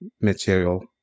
material